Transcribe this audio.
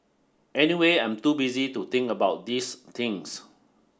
anyway I'm too busy to think about these things